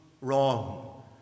wrong